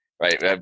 Right